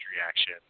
reaction